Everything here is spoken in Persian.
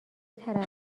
ترقه